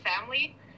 family